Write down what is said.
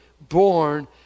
born